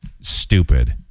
stupid